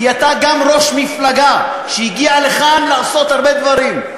כי אתה גם ראש מפלגה שהגיעה לכאן לעשות הרבה דברים,